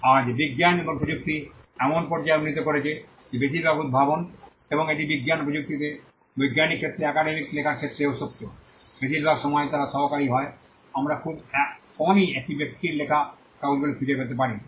আজ বিজ্ঞান এবং প্রযুক্তি এমন পর্যায়ে উন্নতি করেছে যে বেশিরভাগ উদ্ভাবন এবং এটি বিজ্ঞান ও প্রযুক্তিতে বৈজ্ঞানিক ক্ষেত্রে একাডেমিক লেখার ক্ষেত্রেও সত্য বেশিরভাগ সময় তারা সহকারী হয় আমরা খুব কমই একটি ব্যক্তির লেখা কাগজগুলি খুঁজে পেতে পারি